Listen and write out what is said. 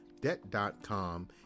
Debt.com